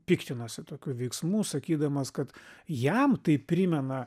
piktinosi tokiu veiksmu sakydamas kad jam tai primena